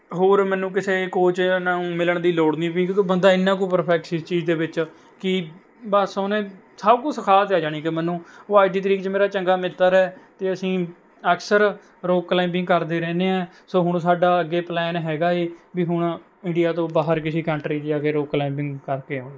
ਹੋਰ ਮੈਨੂੰ ਕਿਸੇ ਕੋਚ ਨੂੰ ਮਿਲਣ ਦੀ ਲੋੜ ਨਹੀਂ ਪਈ ਕਿਉਂਕਿ ਬੰਦਾ ਇੰਨਾ ਕੁ ਪਰਫੈਕਟ ਸੀ ਇਸ ਚੀਜ਼ ਦੇ ਵਿੱਚ ਕਿ ਬਸ ਉਹਨੇ ਸਭ ਕੁਛ ਸਿਖਾ ਦਿੱਤਾ ਜਾਣੀ ਕਿ ਮੈਨੂੰ ਉਹ ਅੱਜ ਦੀ ਤਰੀਕ 'ਚ ਮੇਰਾ ਚੰਗਾ ਮਿੱਤਰ ਹੈ ਅਤੇ ਅਸੀਂ ਅਕਸਰ ਰੌਕ ਕਲਾਈਮਬਿੰਗ ਕਰਦੇ ਰਹਿੰਦੇ ਹਾਂ ਸੋ ਹੁਣ ਸਾਡਾ ਅੱਗੇ ਪਲੈਨ ਹੈਗਾ ਹੈ ਵੀ ਹੁਣ ਇੰਡੀਆ ਤੋਂ ਬਾਹਰ ਕਿਸੇ ਕੰਟਰੀ 'ਚ ਜਾ ਕੇ ਰੌਕ ਕਲਾਈਮਬਿੰਗ ਕਰਕੇ ਆਉਣੀ